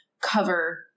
cover